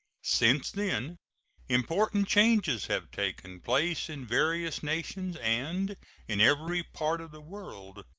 since then important changes have taken place in various nations and in every part of the world.